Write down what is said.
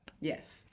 Yes